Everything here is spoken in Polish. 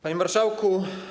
Panie Marszałku!